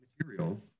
material